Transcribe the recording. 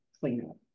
cleanup